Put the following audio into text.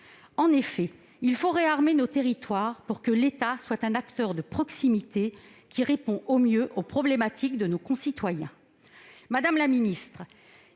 En effet, il faut réarmer nos territoires pour que l'État soit un acteur de proximité, qui répond au mieux aux problématiques de nos concitoyens.